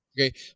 okay